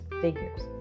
figures